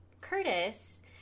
Curtis